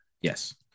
Yes